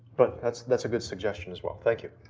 but that's that's a good suggestion as well. thank you.